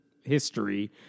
history